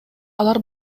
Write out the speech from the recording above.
алар